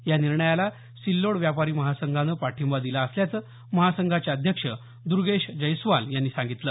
या निर्णयाला सिल्लोड व्यापारी महासंघानं पाठिंबा दिला असल्याचं महासंघाचे अध्यक्ष दुर्गेश जैस्वाल यांनी सांगितलं